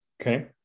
Okay